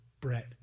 bread